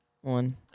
one